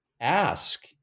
ask